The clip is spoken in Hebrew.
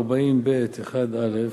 סעיף 40(ב)(1א)